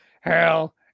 Hell